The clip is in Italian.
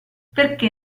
perché